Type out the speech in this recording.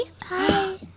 Hi